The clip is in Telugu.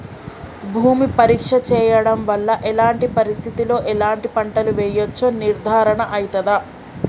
భూమి పరీక్ష చేయించడం వల్ల ఎలాంటి పరిస్థితిలో ఎలాంటి పంటలు వేయచ్చో నిర్ధారణ అయితదా?